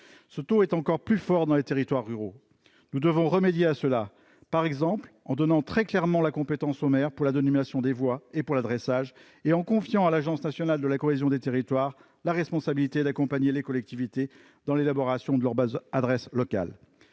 Ce taux est encore plus fort dans les territoires ruraux. Nous devons remédier à cela, par exemple en donnant très clairement la compétence aux maires pour la dénomination des voies et l'adressage et en confiant à l'Agence nationale de la cohésion des territoires la responsabilité d'accompagner les collectivités territoriales dans l'élaboration de leur base adresse locale.